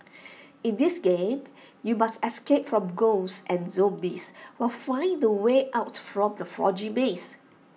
in this game you must escape from ghosts and zombies while finding the way out from the foggy maze